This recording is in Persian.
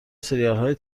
سریالهای